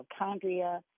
mitochondria